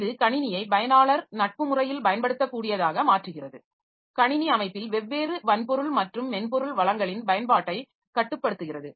இது கணினியை பயனாளர் நட்பு முறையில் பயன்படுத்தக்கூடியதாக மாற்றுகிறது கணினி அமைப்பில் வெவ்வேறு வன்பொருள் மற்றும் மென்பொருள் வளங்களின் பயன்பாட்டைக் கட்டுப்படுத்துகிறது